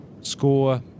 score